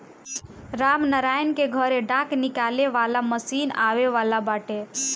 रामनारायण के घरे डाँठ निकाले वाला मशीन आवे वाला बाटे